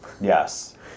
Yes